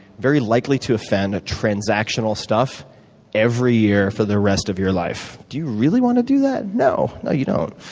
very likely-to-offend transactional stuff every year for the rest of your life. do you really want to do that? no, no you don't.